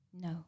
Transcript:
No